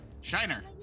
Shiner